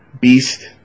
Beast